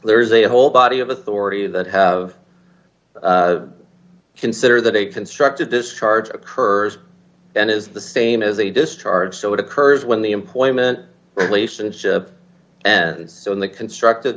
there is a whole body of authority that have consider that a constructive discharge occurs and is the same as a discharge so it occurs when the employment relationship and so in the constructive